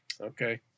Okay